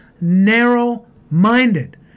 narrow-minded